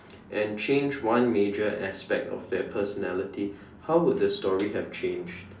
and change one major aspect of their personality how would the story have changed